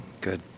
Good